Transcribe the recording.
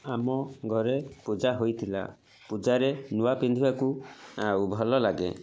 ଆମ ଘରେ ପୂଜା ହୋଇଥିଲା ପୂଜାରେ ନୂଆ ପିନ୍ଧିବାକୁ ଆଉ ଭଲ ଲାଗେ